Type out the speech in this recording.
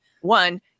One